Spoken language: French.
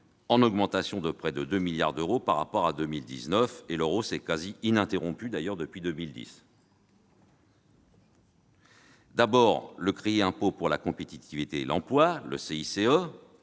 en augmentation de près de 2 milliards d'euros par rapport à 2019. Leur hausse est quasi ininterrompue depuis 2010. D'abord, le crédit d'impôt pour la compétitivité et l'emploi (CICE)